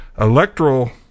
electoral